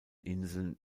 inseln